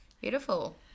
beautiful